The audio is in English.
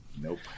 Nope